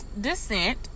descent